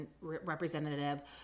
representative